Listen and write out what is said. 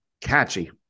Catchy